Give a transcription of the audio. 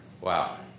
Wow